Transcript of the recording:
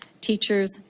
teachers